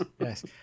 yes